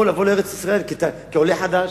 או לבוא לארץ-ישראל כעולה חדש.